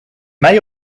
may